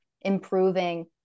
improving